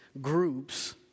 groups